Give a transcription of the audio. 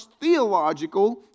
theological